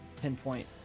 pinpoint